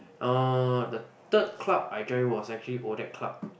uh the third club I join was actually Odac club